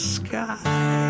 sky